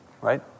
Right